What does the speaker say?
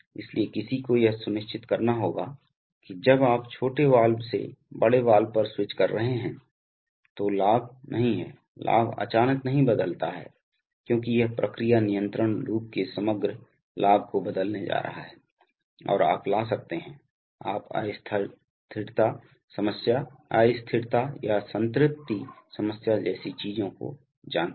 इसलिए किसी को यह सुनिश्चित करना होगा कि जब आप छोटे वाल्व से बड़े वाल्व पर स्विच कर रहे हों तो लाभ नहीं है लाभ अचानक नहीं बदलता है क्योंकि यह प्रक्रिया नियंत्रण लूप के समग्र लाभ को बदलने जा रहा है और आप ला सकते हैं आप अस्थिरता समस्या अस्थिरता या संतृप्ति समस्या जैसी चीजों को जानते हैं